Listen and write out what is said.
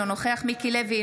אינו נוכח מיקי לוי,